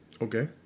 Okay